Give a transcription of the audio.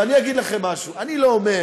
ואני אגיד לכם משהו, אני לא אומר